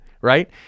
right